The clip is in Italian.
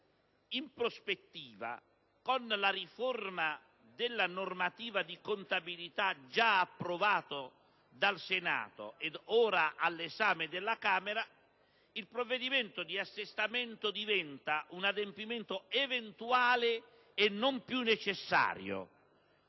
in prospettiva, con la riforma della normativa di contabilità già approvata dal Senato ed ora all'esame della Camera, il provvedimento di assestamento diventa un adempimento eventuale e non più necessario;